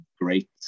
great